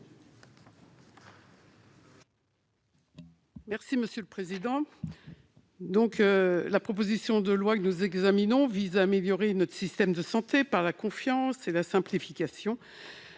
l'amendement n° 104. La proposition de loi que nous examinons vise à améliorer notre système de santé par la confiance et la simplification.